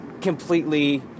completely